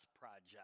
project